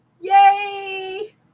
yay